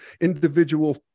individual